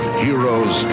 heroes